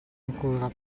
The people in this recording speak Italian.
ancora